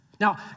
Now